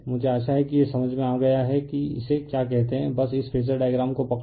मुझे आशा है कि यह समझ में आ गया है कि इसे क्या कहते हैं बस इस फेजर डायग्राम को पकड़ें